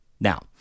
Now